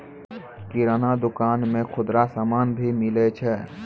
किराना दुकान मे खुदरा समान भी मिलै छै